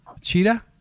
Cheetah